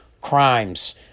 crimes